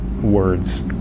words